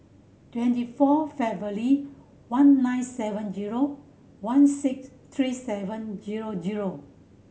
twenty four February one nine seven zero one six three seven zero zero